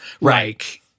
Right